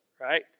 right